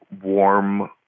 warm